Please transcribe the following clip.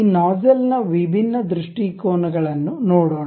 ಈ ನೋಜ್ಝಲ್ನ ವಿಭಿನ್ನ ದೃಷ್ಟಿಕೋನಗಳನ್ನು ನೋಡೋಣ